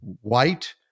white